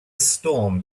storm